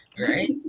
Right